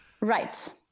Right